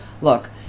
look